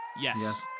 Yes